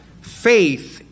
faith